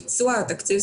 ביצוע התקציב,